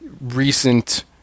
Recent